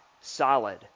solid